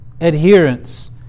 adherence